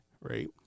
right